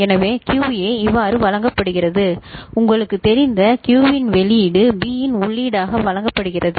எனவே QA இவ்வாறு வழங்கப்படுகிறது உங்களுக்குத் தெரிந்த Q இன் வெளியீடு B இன் உள்ளீடாக வழங்கப்படுகிறது